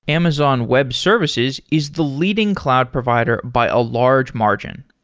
amazon web services is the leading cloud provider by a large margin.